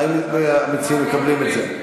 האם המציעים מקבלים את זה?